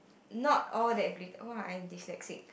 not all that glitter !wah! I'm dyslexic